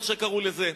איך שקראו לזה.